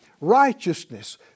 righteousness